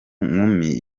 nkumi